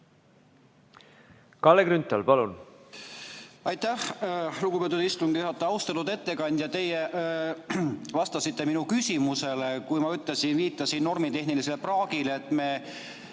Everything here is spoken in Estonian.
Kalle Grünthal, palun!